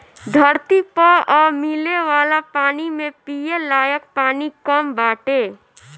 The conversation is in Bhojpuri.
धरती पअ मिले वाला पानी में पिये लायक पानी कम बाटे